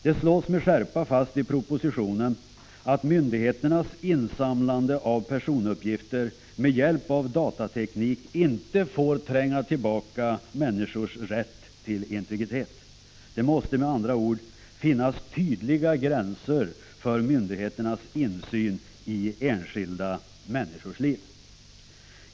Det slås med skärpa fast i propositionen att myndigheternas insamlande av personuppgifter med hjälp av datateknik inte får tränga tillbaka människors rätt till integritet. Det måste med andra ord finnas tydliga gränser för myndigheternas insyn i enskilda människors liv.